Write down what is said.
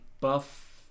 buff